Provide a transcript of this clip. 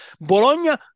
Bologna